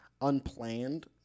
unplanned